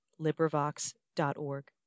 LibriVox.org